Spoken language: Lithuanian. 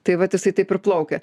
tai vat jisai taip ir plaukia